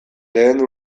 lehen